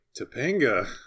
Topanga